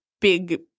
big